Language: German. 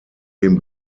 den